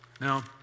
Now